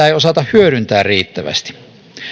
ei osata hyödyntää riittävästi